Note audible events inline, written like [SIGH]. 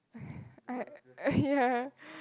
okay [BREATH] I ya